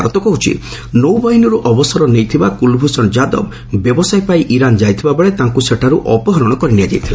ଭାରତ କହୁଛି ନୌବାହିନୀରୁ ଅବସର ନେଇଥିବା କ୍ରଲଭ୍ଷଣ ଯାଦବ ବ୍ୟବସାୟ ପାଇଁ ଇରାନ୍ ଯାଇଥିଲାବେଳେ ତାଙ୍କ ସେଠାର୍ତ ଅପହରଣ କରି ନିଆଯାଇଥିଲା